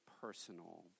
personal